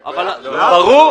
ברור,